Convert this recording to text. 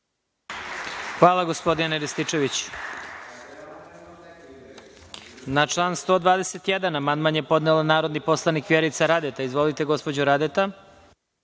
Hvala, kolega Rističeviću. Na član 140. amandman je podnela narodni poslanik Vjerica Radeta. Izvolite, gospođo Radeta.